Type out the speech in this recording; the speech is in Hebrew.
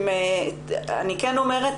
אני כן אומרת,